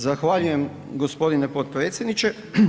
Zahvaljujem gospodine potpredsjedniče.